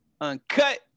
Uncut